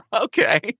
Okay